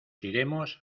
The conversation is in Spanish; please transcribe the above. iremos